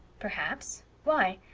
perhaps. why?